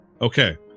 okay